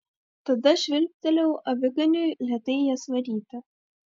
tada švilptelėjau aviganiui lėtai jas varyti